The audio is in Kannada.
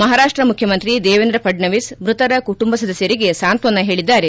ಮಹಾರಾಷ್ಲ ಮುಖ್ಯಮಂತ್ರಿ ದೇವೇಂದ್ರ ಫಡ್ವವಿಸ್ ಮೃತರ ಕುಟುಂಬ ಸದಸ್ಥರಿಗೆ ಸಾಂತ್ವನ ಹೇಳಿದ್ದಾರೆ